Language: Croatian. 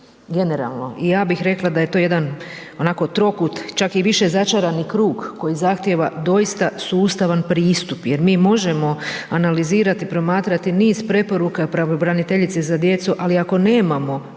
generalno i ja bih rekla da je to jedan onako trokut, čak i više začarani krug koji zahtjeva doista sustavan pristup jer mi možemo analizirat i promatrati niz preporuka pravobraniteljica za djecu, ali ako nemamo sustavni